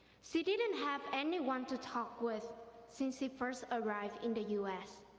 she didn't have anyone to talk with since she first arrived in the u s.